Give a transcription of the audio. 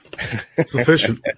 sufficient